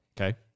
Okay